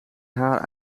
haar